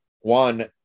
one